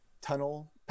tunnel